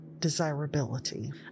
desirability